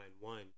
one